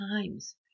times